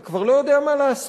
אתה כבר לא יודע מה לעשות.